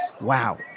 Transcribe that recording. Wow